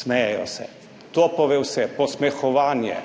Smejejo se. To pove vse. Posmehovanje!